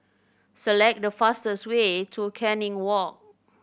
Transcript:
select the fastest way to Canning Walk